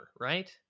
right